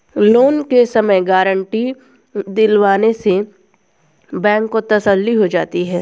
loan के समय guarantee दिलवाने से बैंक को तसल्ली हो जाती है